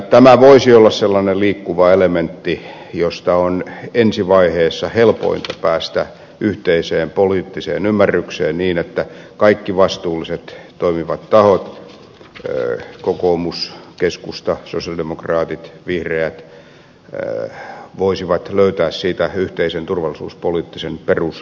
tämä voisi olla sellainen liikkuva elementti josta on ensi vaiheessa helpointa päästä yhteiseen poliittiseen ymmärrykseen niin että kaikki vastuulliset toimivat tahot kokoomus keskusta sosialidemokraatit vihreät voisivat löytää siitä yhteisen turvallisuuspoliittisen peruslähtökohdan